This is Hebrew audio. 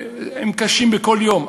הן קשות בכל יום,